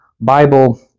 Bible